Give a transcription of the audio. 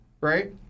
right